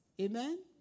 Amen